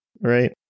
right